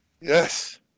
Yes